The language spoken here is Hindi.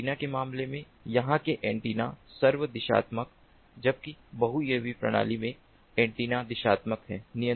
एंटेना के मामले में यहां के एंटेना सर्व दिशात्मक हैं जबकि बहु यूएवी प्रणाली में एंटेना दिशात्मक हैं